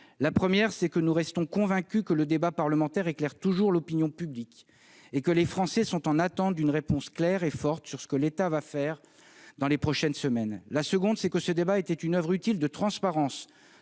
La première, c'est que nous restons convaincus que le débat parlementaire éclaire toujours l'opinion publique et que les Français attendent une réponse claire et forte sur ce que l'État va faire dans les prochaines semaines. La deuxième, c'est que ce débat était une oeuvre utile de transparence